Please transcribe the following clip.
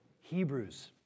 Hebrews